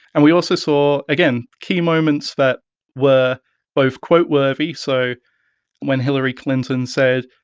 and we also saw, again, key moments that were both quote-worthy, so when hillary clinton said,